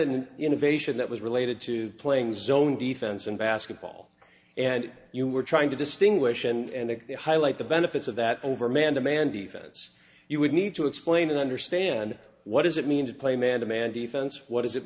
an innovation that was related to playing zone defense and basketball and you were trying to distinguish and highlight the benefits of that over man to man defense you would need to explain and understand what does it mean to play man to man defense what does it